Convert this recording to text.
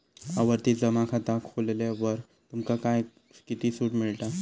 आवर्ती जमा खाता खोलल्यावर तुमका काय किती सूट मिळता?